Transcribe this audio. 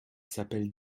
s’appelle